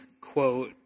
quote